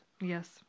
Yes